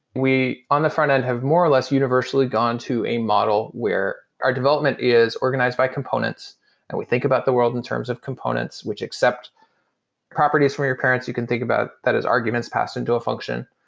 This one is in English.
we on the front-end have more or less universally gone to a model where our development is organized by components and we think about the world in terms of components, which accept properties from your parents. you can think about that as arguments passed into a function.